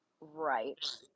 Right